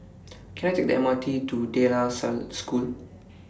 Can I Take The M R T to De La Salle School